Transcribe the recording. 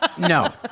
No